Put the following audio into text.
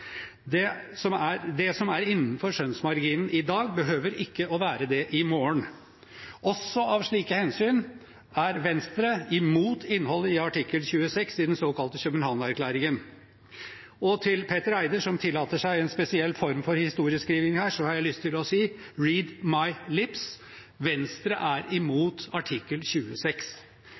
Det som er innenfor skjønnsmarginen i dag, behøver ikke å være det i morgen. Også av slike hensyn er Venstre imot innholdet i artikkel 26 i den såkalte København-erklæringen. Til Petter Eide, som tillater seg en spesiell form for historieskriving her, har jeg lyst til å si «read my lips». Venstre er imot artikkel 26.